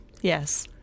Yes